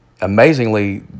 amazingly